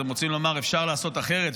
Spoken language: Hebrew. אתם רוצים לומר שאפשר לעשות אחרת,